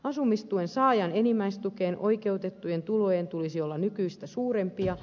asumistuen saajan enimmäistukeen oikeutettujen tulojen tulisi olla nykyistä suurempia